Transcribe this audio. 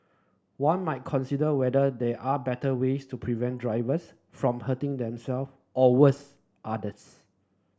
one might consider whether there are better ways to prevent drivers from hurting themself or worse others